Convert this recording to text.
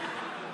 ביתנו